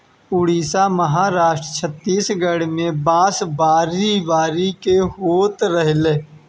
उड़ीसा, महाराष्ट्र, छतीसगढ़ में बांस बारी बारी से होत रहेला